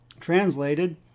Translated